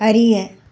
அறிய